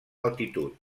altitud